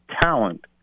talent